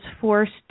forced